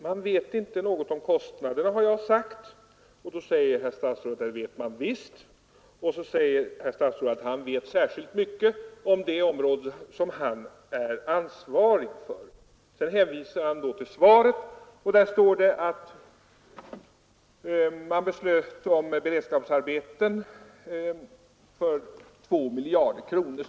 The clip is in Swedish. Man vet inte något om kostnaderna, har jag sagt. Då säger statsrådet att det vet man visst, och så påstår han att han vet särskilt mycket om det område som han är ansvarig för. Han hänvisar till svaret i vilket nämnts att man beslöt om beredskapsarbeten för 2 miljarder kronor.